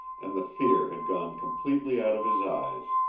and the fear had gone completely out of his eyes.